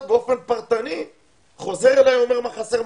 באופן פרטני חוזר אלי ואומר לי מה חסר,